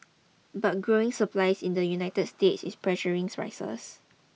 but growing supplies in the United States is pressuring prices